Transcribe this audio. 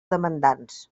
demandants